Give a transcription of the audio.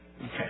Okay